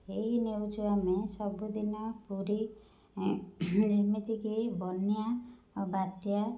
ଏହି ନ୍ୟୁଜ ଆମେ ସବୁଦିନ ପୁରୀ ଯେମିତିକି ବନ୍ୟା ଆଉ ବାତ୍ୟା